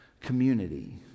community